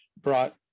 brought